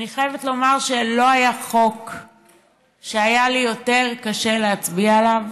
אני חייבת לומר שלא היה חוק שהיה לי יותר קשה להצביע עליו